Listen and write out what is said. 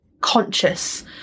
conscious